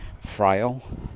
frail